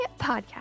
Podcast